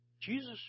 Jesus